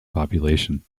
population